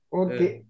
okay